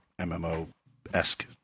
MMO-esque